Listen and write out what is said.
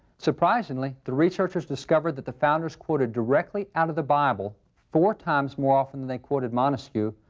surprisingly, the researchers discovered that the founders quoted directly out of the bible four times more often than they quoted montesquieu,